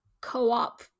co-op